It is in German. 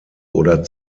oder